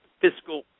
fiscal